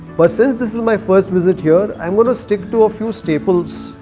but since this is my first visit here, i'm going to stick to a few staples.